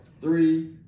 three